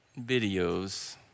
videos